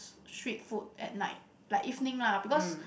street food at night like evening lah because